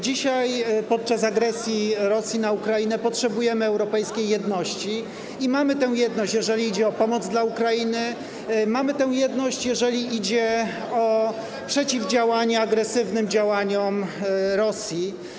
Dzisiaj, podczas agresji Rosji na Ukrainę, potrzebujemy europejskiej jedności i mamy tę jedność, jeżeli idzie o pomoc dla Ukrainy, mamy tę jedność, jeżeli idzie o przeciwdziałanie agresywnym działaniom Rosji.